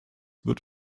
wird